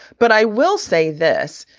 but i will say this,